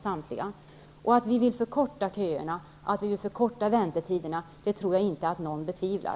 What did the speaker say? Vår vilja att förkorta köerna och väntetiderna tror jag inte att någon betvivlar.